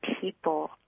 people